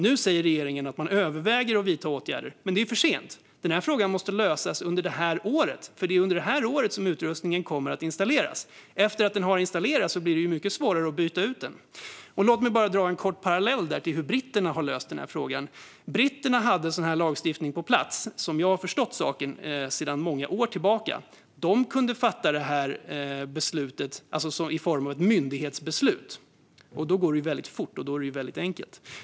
Nu säger regeringen att man överväger att vidta åtgärder, men det är för sent. Den här frågan måste lösas under det här året, för det är under detta år som utrustningen kommer att installeras. Efter att den har installerats blir det mycket svårare att byta ut den. Låt mig dra en kort parallell till hur britterna har löst den här frågan. Britterna hade, som jag har förstått saken, lagstiftning på plats sedan många år. De kunde fatta beslutet om Huawei som ett myndighetsbeslut. Då går det fort och är enkelt.